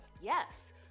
Yes